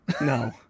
No